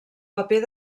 paper